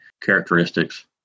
characteristics